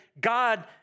God